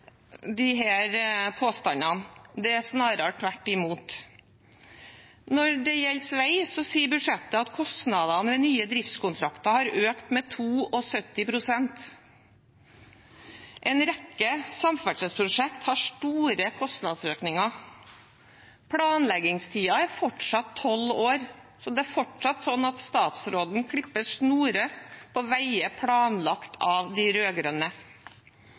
påstandene. Det er snarere tvert imot. Når det gjelder vei, viser budsjettet at kostnadene ved nye driftskontrakter har økt med 72 pst. En rekke samferdselsprosjekter har store kostnadsøkninger. Planleggingstiden er fortsatt tolv år, så det er fortsatt sånn at statsråden klipper snorer på veier planlagt av de